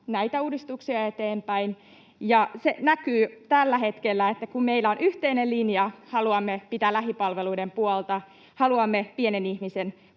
näitä uudistuksia eteenpäin, ja se näkyy tällä hetkellä. Kun meillä on yhteinen linja, niin haluamme pitää lähipalveluiden puolta. Haluamme pienen ihmisen